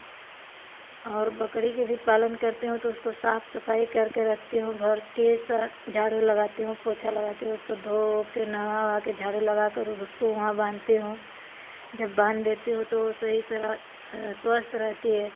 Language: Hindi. और बकरी के भी पालन करती हूँ तो उसको साफ़ सफ़ाई करके रखती हूँ घर के स झाडू लगाती हूँ पोंछा लगाती हूँ उसक धो वो कर नहवा उहवा कर झाड़ू कर उस उसको वहाँ बानती हूँ जब बाँध देती हूँ तो सही से स्वस्थ रहती है